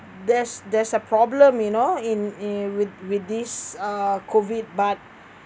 there's there's a problem you know in in uh with with this uh COVID but